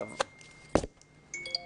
מטפלים